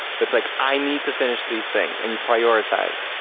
but it's like i need to finish these things and you prioritize.